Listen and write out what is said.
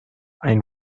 ein